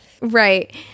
Right